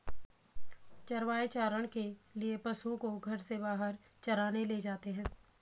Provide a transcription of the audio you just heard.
चरवाहे चारण के लिए पशुओं को घर से बाहर चराने ले जाते हैं